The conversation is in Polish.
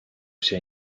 się